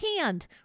hand